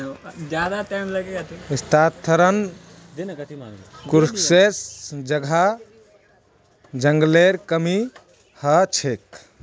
स्थानांतरण कृशिर वजह जंगलेर कमी ह छेक